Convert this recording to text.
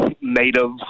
native